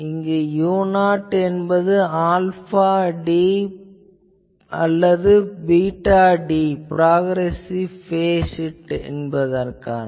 இங்கு u0 என்பது alpha d அல்லது beta d progressive phase shift என்பதற்கு